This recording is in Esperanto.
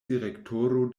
direktoro